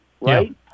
right